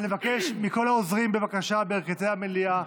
אני מבקש מכל העוזרים בירכתי המליאה,